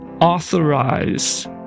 authorize